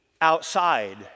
outside